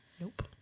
Nope